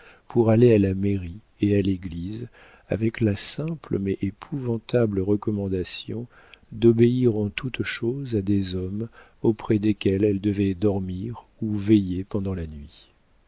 pour aller à la mairie et à l'église avec la simple mais épouvantable recommandation d'obéir en toute chose à des hommes auprès desquels elles devaient dormir ou veiller pendant la nuit